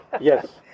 yes